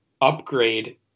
upgrade